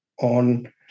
on